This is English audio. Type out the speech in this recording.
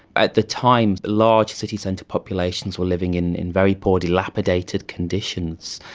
at the time, large city centre populations were living in in very poor dilapidated conditions,